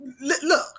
Look